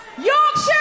Yorkshire